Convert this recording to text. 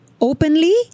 openly